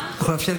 ההתפטרות.